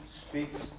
speaks